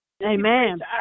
Amen